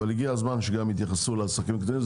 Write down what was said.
אבל הגיע הזמן שגם יתייחסו לעסקים הקטנים.